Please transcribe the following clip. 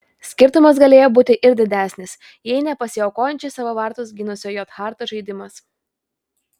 skirtumas galėjo būti ir didesnis jei ne pasiaukojančiai savo vartus gynusio j harto žaidimas